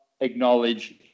acknowledge